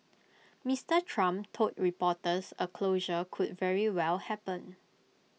Mister Trump told reporters A closure could very well happen